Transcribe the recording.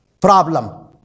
problem